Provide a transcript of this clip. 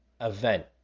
event